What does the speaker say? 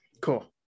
Cool